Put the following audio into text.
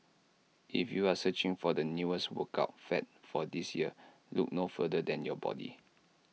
if you are searching for the newest workout fad for this year look no further than your body